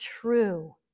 true